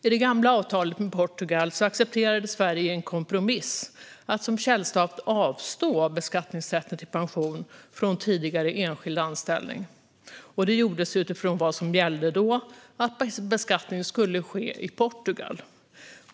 I det gamla avtalet med Portugal accepterade Sverige i en kompromiss att som källstat avstå beskattningsrätten till pension från tidigare enskild anställning. Det gjordes utifrån vad som gällde då: att beskattning skulle ske i Portugal.